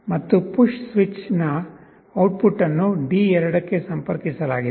ಮತ್ತು ಪುಶ್ ಸ್ವಿಚ್ನ ಔಟ್ಪುಟ್ ಅನ್ನು D2 ಗೆ ಸಂಪರ್ಕಿಸಲಾಗಿದೆ